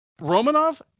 Romanov